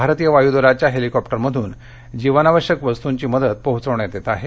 भारतीय वायू दलाच्या हेलिकॉप्टरमधून जीवनावश्यक वस्तूंची मदत पोचवण्यात येत आहे